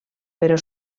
però